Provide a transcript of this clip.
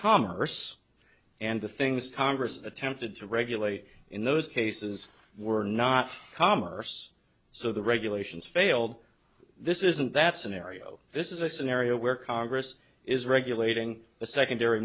commerce and the things congress attempted to regulate in those cases were not commerce so the regulations failed this isn't that scenario this is a scenario where congress is regulating the secondary